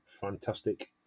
fantastic